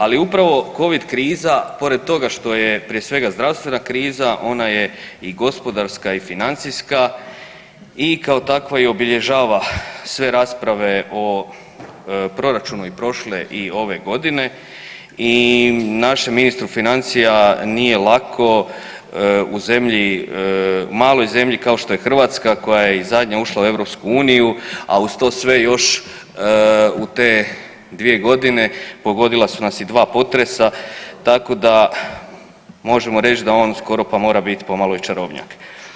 Ali upravo covid kriza pored toga što je prije svega zdravstvena kriza ona je i gospodarska i financijska i kao takva i obilježava sve rasprave o proračunu i prošle i ove godine i našem ministru financija nije lako u maloj zemlji kao što je Hrvatska koja je i zadnja ušla u Europsku uniju, a uz to sve još u te dvije godine pogodila su nas i dva potresa tako da možemo reć da on skoro pa mora bit pomalo i čarobnjak.